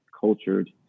cultured